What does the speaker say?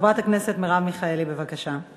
חברת הכנסת מרב מיכאלי, בבקשה.